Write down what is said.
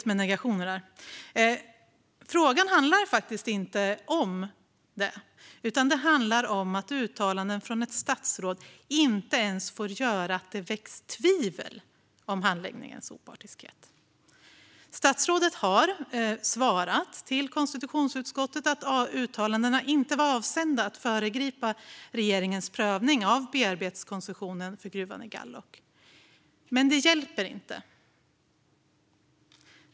Men frågan handlar faktiskt inte om det, utan den handlar om att uttalanden från ett statsråd inte ens får göra att det väcks tvivel om handläggningens opartiskhet. Statsrådet har svarat konstitutionsutskottet att uttalandena inte var avsedda att föregripa regeringens prövning av bearbetningskoncessionen för gruvan i Gállok, men det hjälper inte.